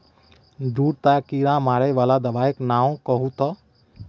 दूटा कीड़ा मारय बला दबाइक नाओ कहू तए